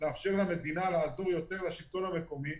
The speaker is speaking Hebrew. לאפשר למדינה לעזור יותר לשלטון המקומי,